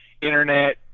internet